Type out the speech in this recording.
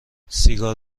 سیگار